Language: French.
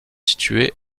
situé